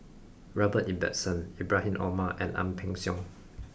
Robert Ibbetson Ibrahim Omar and Ang Peng Siong